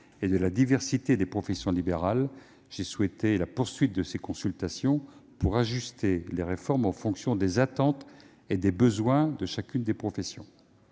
et de la diversité des professions libérales, j'ai souhaité poursuivre ces consultations afin d'ajuster les réformes en fonction des attentes et des besoins de chacune des professions.